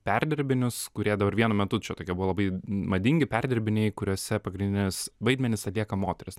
perdirbinius kurie dabar vienu metu čia tokia buvo labai madingi perdirbiniai kuriuose pagrindinius vaidmenis atlieka moterys